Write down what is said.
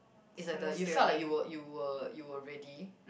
is like the you felt like you were you were you were ready